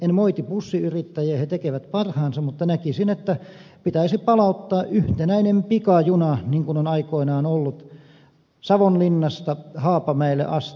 en moiti bussiyrittäjiä he tekevät parhaansa mutta näkisin että pitäisi palauttaa yhtenäinen pikajuna niin kuin on aikoinaan ollut savonlinnasta haapamäelle asti